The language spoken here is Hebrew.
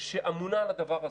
שאמונה על הדבר הזה,